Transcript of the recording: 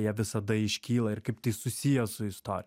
jie visada iškyla ir kaip tai susiję su istorija